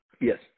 Yes